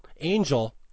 angel